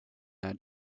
that